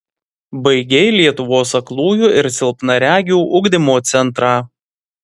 baigei lietuvos aklųjų ir silpnaregių ugdymo centrą